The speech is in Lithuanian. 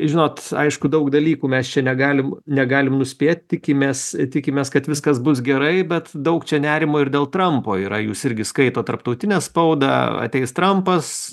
žinot aišku daug dalykų mes čia negalim negalim nuspėt tikimės tikimės kad viskas bus gerai bet daug čia nerimo ir dėl trampo yra jūs irgi skaitot tarptautinę spaudą ateis trampas